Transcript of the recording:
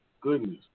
Goodness